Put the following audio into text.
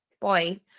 Boy